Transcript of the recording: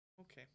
okay